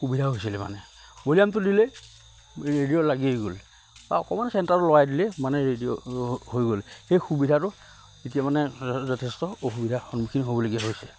সুবিধা হৈছিলে মানে ভলিউমটো দিলেই ৰেডিঅ' লাগিয়েই গ'ল বা অকমান চেণ্টাৰটো লৰাই দিলেই মানে ৰেডিঅ' হৈ গ'ল সেই সুবিধাটো এতিয়া মানে যথেষ্ট অসুবিধাৰ সন্মুখীন হ'বলগীয়া হৈছে